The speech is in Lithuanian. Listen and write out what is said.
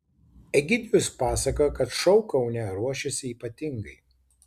egidijus pasakoja kad šou kaune ruošiasi ypatingai